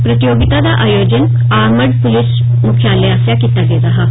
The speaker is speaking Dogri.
प्रतियोगिता दा आयोजन आर्मड पुलस मुख्यालय आस्सेया कीत्ता गेदा हा